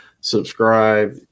subscribe